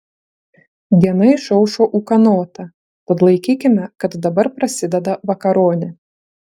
diena išaušo ūkanota tad laikykime kad dabar prasideda vakaronė